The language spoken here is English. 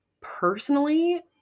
personally